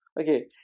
Okay